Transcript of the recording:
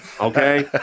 Okay